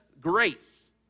grace